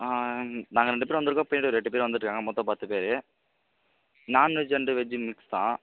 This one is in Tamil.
ஆ நாங்கள் ரெண்டு பேரும் வந்திருக்கோம் பின்னாடி ஒரு எட்டு பேர் வந்துகிட்ருக்காங்க மொத்தம் பத்து பேர் நாண்வெஜ் அண்டு வெஜ்ஜு மிக்ஸ் தான்